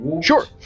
Sure